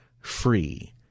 free